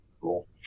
cool